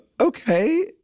okay